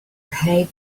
hate